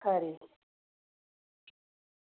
खरी